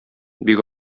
бик